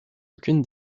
aucune